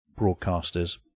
broadcasters